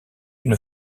une